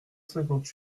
cinquante